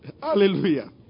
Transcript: Hallelujah